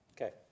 Okay